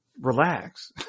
relax